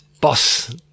boss